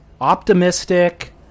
optimistic